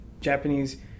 Japanese